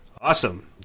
Awesome